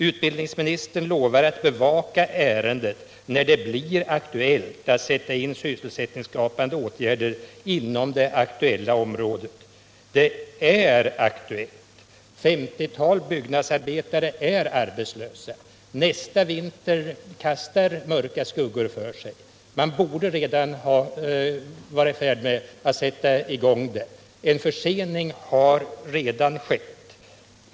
Utbildningsministern lovar att bevaka ärendet när det blir aktuellt att sätta in sysselsättningsskapande åtgärder inom detta område. Det är aktuellt. Ett 50-tal byggnadsarbetare är arbetslösa. Nästa vinter kastar mörka skuggor framför sig. Man borde redan vara i färd med att sätta i gång. En försening har redan skett.